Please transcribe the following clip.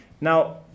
Now